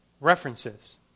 references